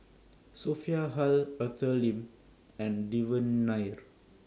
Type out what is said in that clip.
Sophia Hull Arthur Lim and Devan Nair